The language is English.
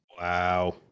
Wow